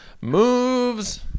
moves